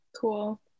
Cool